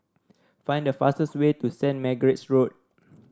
find the fastest way to Saint Margaret's Road